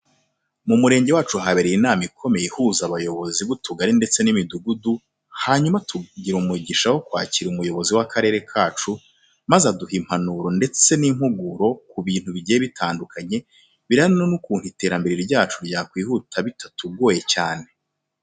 Mu murenge wacu habereye inama ikomeye ihuza abayobozi b'utugari ndetse n'imidugudu, hanyuma tunagira umugisha wo kwakira umuyobozi w'akarere kacu, maze aduha impanuro ndetse n'impuguro ku bintu bigiye bitandukanye birebana n'ukuntu iterambere ryacu ryakwihuta bitatugoye cyane.